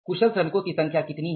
कुशल श्रमिकों की संख्या कितनी है